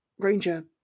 Granger